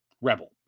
Rebel